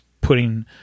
putting